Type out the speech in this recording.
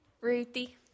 Ruthie